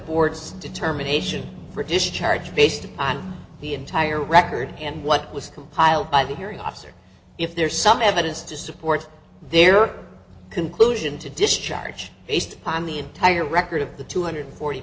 board's determination for discharge based upon the entire record and what was compiled by the hearing officer if there is some evidence to support their conclusion to discharge based upon the entire record of the two hundred forty